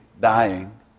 dying